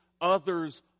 Others